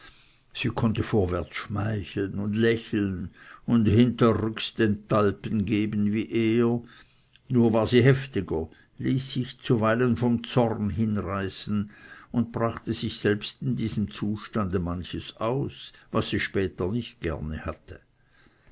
sie konnte vorwärts schmeicheln und lächeln und hinterrücks den talpen geben wie er nur war sie heftiger ließ sich zuweilen vom zorn hinreißen und brachte sich selbst in diesem zustande manches aus was sie später nicht gerne hatte